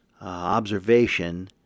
observation